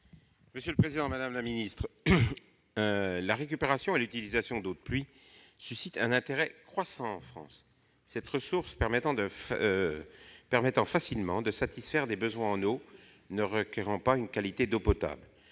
est à M. Jean-François Longeot. La récupération et l'utilisation de l'eau de pluie suscitent un intérêt croissant en France, cette ressource permettant facilement de satisfaire des besoins en eau ne requérant pas une qualité d'eau potable.